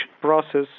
process